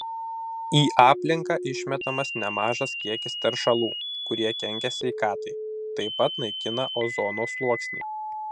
į aplinką išmetamas nemažas kiekis teršalų kurie kenkia sveikatai taip pat naikina ozono sluoksnį